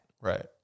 Right